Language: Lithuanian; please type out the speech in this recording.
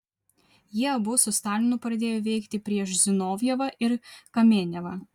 jie abu su stalinu pradėjo veikti prieš zinovjevą ir kamenevą